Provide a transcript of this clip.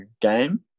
game